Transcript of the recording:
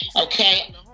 okay